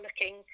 looking